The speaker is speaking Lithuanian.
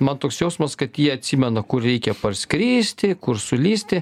man toks jausmas kad jie atsimena kur reikia parskristi kur sulįsti